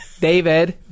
David